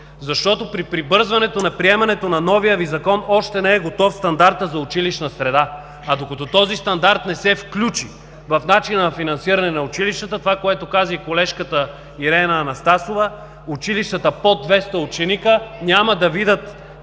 Защото при прибързването за приемането на новия Ви закон още не е готов стандартът за училищна среда, а докато този стандарт не се включи в начина на финансиране на училищата – това, което каза и колежката Ирена Анастасова, училищата под 200 ученика няма да видят